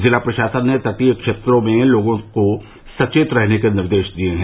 जिला प्रशासन ने तटीय क्षेत्रों में लोगों को सचेत रहने के निर्देश दिये हैं